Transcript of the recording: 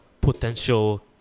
potential